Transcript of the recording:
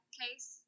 case